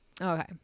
Okay